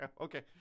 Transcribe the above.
Okay